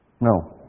No